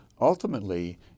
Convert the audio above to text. ultimately